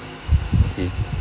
okay